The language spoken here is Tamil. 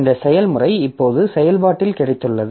இந்த செயல்முறை இப்போது செயல்பாட்டில் கிடைத்துள்ளது